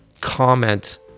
comment